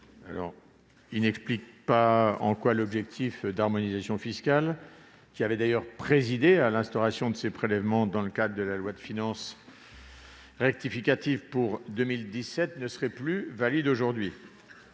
nul. Il n'explique pas en quoi l'objectif d'harmonisation fiscale, qui avait présidé à l'instauration de ces prélèvements dans le cadre de la loi de finances rectificative pour 2017, ne serait plus valide aujourd'hui.